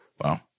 Wow